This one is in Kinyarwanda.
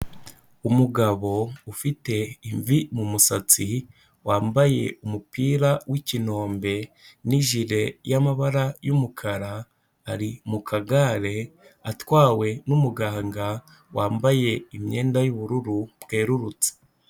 Umugabo ufite imvi mu musatsi, wambaye umupira w'ikinombe n'ijire y'amabara y'umukara, ari mu kagare atwawe n'umuganga wambaye imyenda y'ubururu bwerurutse.